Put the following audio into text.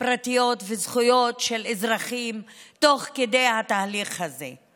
פרטיות וזכויות של אזרחים תוך כדי התהליך הזה.